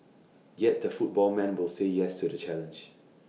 yet the football man will say yes to the challenge